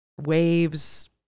Waves